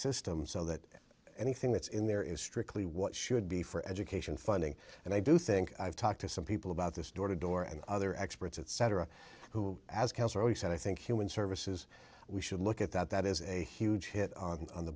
system so that anything that's in there is strictly what should be for education funding and i do think i've talked to some people about this door to door and other experts at cetera who as we said i think human services we should look at that that is a huge hit on